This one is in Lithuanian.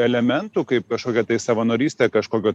elementų kaip kažkokia tai savanorystė kažkokio